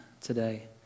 today